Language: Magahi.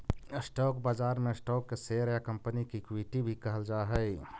स्टॉक बाजार में स्टॉक के शेयर या कंपनी के इक्विटी भी कहल जा हइ